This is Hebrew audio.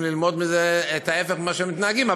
ללמוד מזה את ההפך ממה שהם מתנהגים,